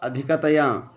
अधिकतया